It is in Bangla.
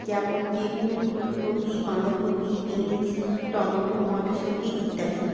যেমন বেগুন ফুলকপি বাঁধাকপি বীন্স টমেটো মটরশুটি ইত্যাদি